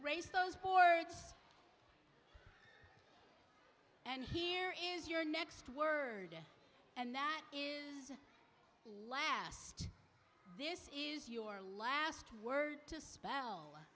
raised those boards and here is your next word and that is last this is your last word to spell